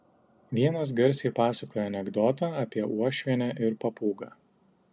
vienas garsiai pasakojo anekdotą apie uošvienę ir papūgą